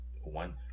one